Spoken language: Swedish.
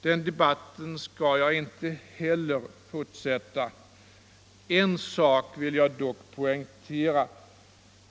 Jag skall inte fortsätta heller den debatten. En sak vill jag dock poängtera.